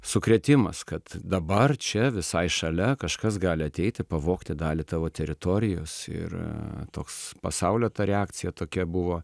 sukrėtimas kad dabar čia visai šalia kažkas gali ateiti pavogti dalį tavo teritorijos ir toks pasaulio ta reakcija tokia buvo